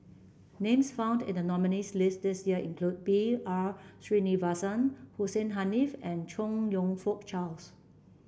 names found in the nominees' list this year include B R Sreenivasan Hussein Haniff and Chong You Fook Charles